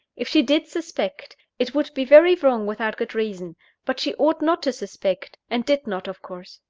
if she did suspect, it would be very wrong without good reason but she ought not to suspect, and did not, of course.